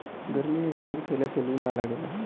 गरमी में पियाज खइला से लू ना लागेला